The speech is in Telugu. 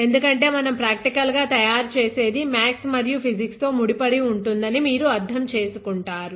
ఎందుకంటే మనం ప్రాక్టికల్ గా తయారు చేసేది మ్యాథ్స్ మరియు ఫిజిక్స్ తో ముడిపడి ఉంటుందని మీరు అర్థం చేసుకుంటారు